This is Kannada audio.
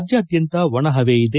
ರಾಜ್ಯಾದ್ಯಂತ ಒಣ ಪವೆ ಇದೆ